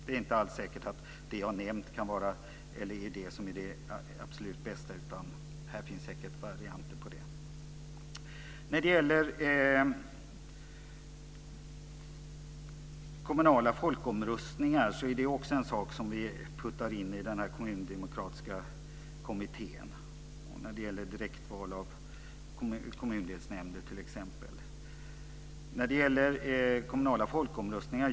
Det är inte alls säkert att det som jag har nämnt är det som är det absolut bästa. Det finns säkert varianter på det. Kommunala folkomröstningar är också en sak som ska utredas av Kommundemokratiska kommittén liksom frågan om direktval av kommundelsnämnder. Miljöpartiet har en speciell idé om kommunala folkomröstningar.